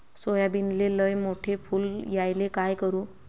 सोयाबीनले लयमोठे फुल यायले काय करू?